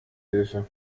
hilfe